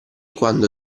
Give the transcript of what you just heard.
quando